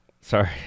sorry